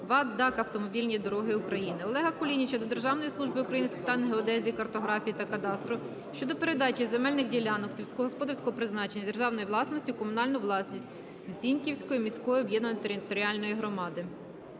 ВАТ "ДАК "Автомобільні дороги України". Олега Кулініча до Державної служби України з питань геодезії, картографії та кадастру щодо передачі земельних ділянок сільськогосподарського призначення державної власності у комунальну власність Зіньківської міської об'єднаної територіальної громади.